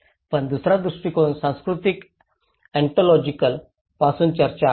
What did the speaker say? पण दुसरा दृष्टीकोन सांस्कृतिक ऑन्टॉलॉजिकल पासून चर्चा आहे